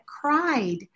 cried